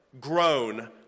grown